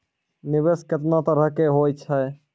निवेश केतना तरह के होय छै?